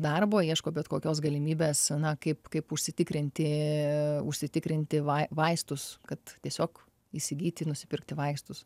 darbo ieško bet kokios galimybės na kaip kaip užsitikrinti užsitikrinti vaistus kad tiesiog įsigyti nusipirkti vaistus